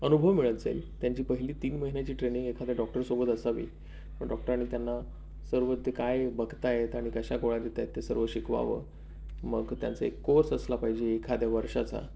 अनुभव मिळत जाईल त्यांची पहिली तीन महिन्याची ट्रेनिंग एखाद्या डॉक्टरसोबत असावी डॉक्टरांनी त्यांना सर्व ते काय बघत आहेत आणि कशा गोळ्या देत आहेत ते सर्व शिकवावं मग त्यांचा एक कोर्स असला पाहिजे एखाद्या वर्षाचा